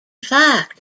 fact